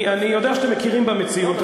אני יודע שאתם מכירים במציאות,